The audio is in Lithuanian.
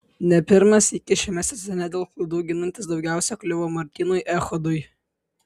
ne pirmą sykį šiame sezone dėl klaidų ginantis daugiausiai kliuvo martynui echodui